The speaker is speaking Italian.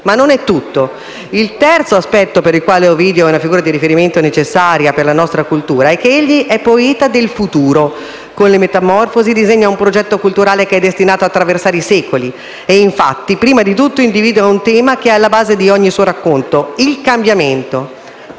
Ma non è tutto. Il terzo aspetto per il quale Ovidio è una figura di riferimento necessaria per la nostra cultura è che egli è poeta del futuro e con Le metamorfosi disegna un progetto culturale che è destinato ad attraversare i secoli. Egli, infatti, prima di tutto individua un tema che è alla base di ogni suo racconto: il cambiamento.